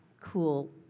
cool